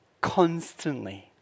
Constantly